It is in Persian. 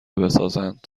بسازند